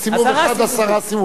רק נדמה לי שכתוב,